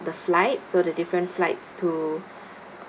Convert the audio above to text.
the flight so the different flights to